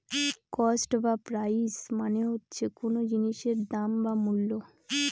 cost বা price মানে হচ্ছে কোন জিনিসের দাম বা মূল্য